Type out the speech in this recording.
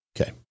Okay